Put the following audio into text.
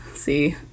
see